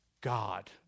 God